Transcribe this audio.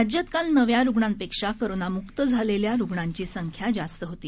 राज्यात काल नव्या रुग्णांपेक्षा कोरोनामुक्त झालेल्या रुग्णांची संख्या जास्त होती